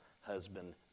husband